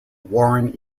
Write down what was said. warren